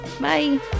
Bye